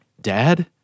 Dad